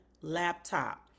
laptop